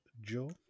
Joe